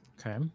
okay